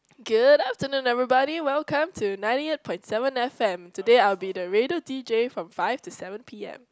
good afternoon everybody welcome to ninety eight point seven f_m today I'll be the radio d_j from five to seven p_m